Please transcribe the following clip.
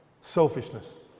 Selfishness